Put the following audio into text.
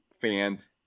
fans